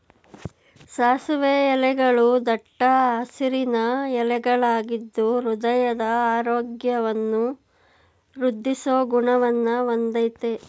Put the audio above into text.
ಸಾಸಿವೆ ಎಲೆಗಳೂ ದಟ್ಟ ಹಸಿರಿನ ಎಲೆಗಳಾಗಿದ್ದು ಹೃದಯದ ಆರೋಗ್ಯವನ್ನು ವೃದ್ದಿಸೋ ಗುಣವನ್ನ ಹೊಂದಯ್ತೆ